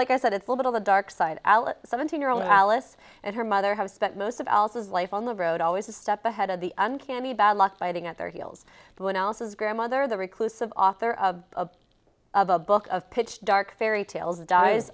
like i said it's a little the dark side seventeen year old alice and her mother have spent most of else's life on the road always a step ahead of the uncanny bad luck biting at their heels but one else's grandmother the reclusive author of a book of pitch dark fairy tales dies